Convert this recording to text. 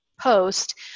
post